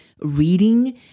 reading